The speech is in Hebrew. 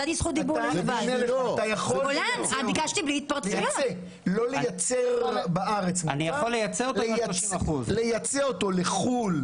אתה יכול לא לייצר בארץ מוצר אלא לייצא אותו לחוץ לארץ.